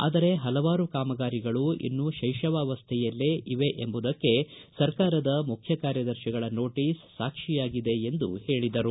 ಆದರೆ ಹಲವಾರು ಕಾಮಗಾರಿಗಳು ಇನ್ನೂ ಶೈಶವಾವಸ್ಥೆಯಲ್ಲೇ ಇವೆ ಎಂಬುದಕ್ಕೆ ಸರ್ಕಾರದ ಮುಖ್ಯ ಕಾರ್ಯದರ್ಶಿಗಳ ನೋಟಿಸ್ ಸಾಕ್ಷಿಯಾಗಿದೆ ಎಂದು ಹೇಳಿದರು